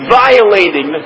violating